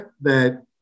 that-